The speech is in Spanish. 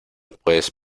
puedes